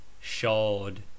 shod